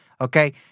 okay